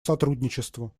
сотрудничеству